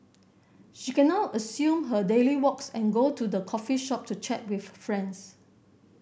she can now resume her daily walks and go to the coffee shop to chat with friends